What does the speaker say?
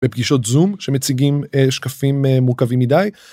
בפגישות זום שמציגים שקפים מורכבים מדי.